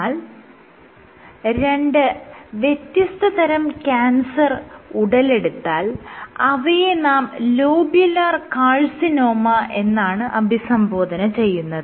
എന്നാൽ രണ്ട് വ്യത്യസ് തരം ക്യാൻസർ ഉടലെടുത്താൽ അവയെ നാം ലോബ്യൂലാർ കാർസിനോമ എന്നാണ് അഭിസംബോധന ചെയ്യുന്നത്